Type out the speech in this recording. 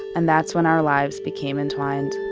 and that's when our lives became entwined.